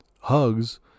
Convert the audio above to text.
Hugs